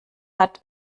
hat